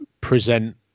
present